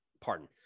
Pardon